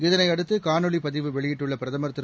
இதனையடுத்து காணோலி பதிவு வெளியிட்டுள்ள பிரதமர் திரு